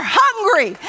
hungry